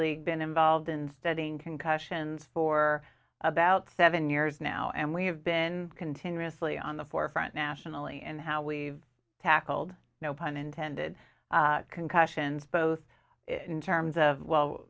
league been involved in studying concussions for about seven years now and we have been continuously on the forefront nationally and how we've tackled no pun intended concussions both in terms of well